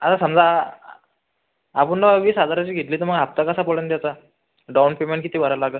आता समजा आपण वीस हजाराची घेतली तर मर हप्ता कसा पडंल त्याचा डाऊन पेमेंट किती भरायला लागंल